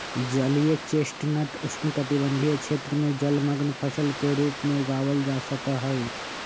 जलीय चेस्टनट उष्णकटिबंध क्षेत्र में जलमंग्न फसल के रूप में उगावल जा सका हई